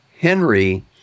Henry